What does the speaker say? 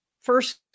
first